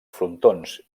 frontons